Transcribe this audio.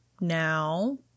now